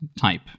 type